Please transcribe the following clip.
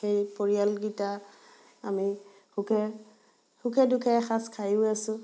সেই পৰিয়াল কিটা আমি সুখে সুখে দুখে এসাজ খায়ো আছোঁ